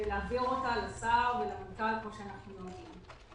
ולהעביר אותה לשר ולמנכ"ל כמו שאנחנו נוהגים.